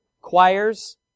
choirs